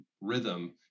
rhythm